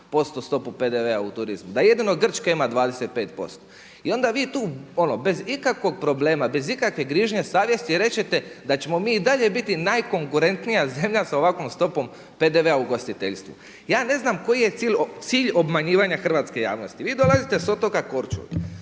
11% stopu PDV-a u turizmu? Da jedino Grčka ima 25%. I onda vi tu ono bez ikakvog problema, bez ikakve grižnje savjesti kažete da ćemo mi i dalje biti najkonkurentnija zemlja sa ovakvom stopom PDV-a u ugostiteljstvu. Ja ne znam koji je cilj obmanjivanja hrvatske javnosti. Vi dolazite s otoka Korčule.